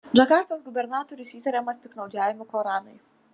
džakartos gubernatorius įtariamas piktžodžiavimu koranui